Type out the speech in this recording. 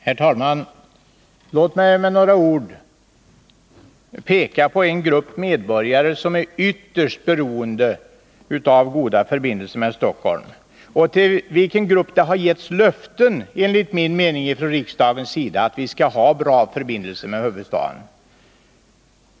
Herr talman! Låt mig med några ord peka på en grupp medborgare som är ytterst beroende av goda förbindelser med Stockholm och till vilken grupp det har getts löften enligt min mening från riksdagens sida att det skall finnas bra förbindelser med huvudstaden.